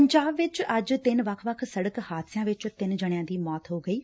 ਪੰਜਾਬ ਵਿਚ ਅੱਜ ਤਿੰਨ ਵੱਖ ਸੜਕ ਹਾਦਸਿਆਂ ਵਿਚ ਤਿੰਨ ਜਣਿਆਂ ਦੀ ਮੌਤ ਹੋ ਗਈ ਏ